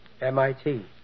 MIT